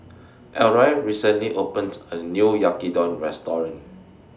Elroy recently opened A New Yaki Udon Restaurant